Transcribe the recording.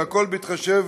והכול בהתחשב